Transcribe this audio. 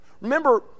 remember